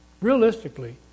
Realistically